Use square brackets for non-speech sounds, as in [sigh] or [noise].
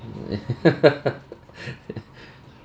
[laughs]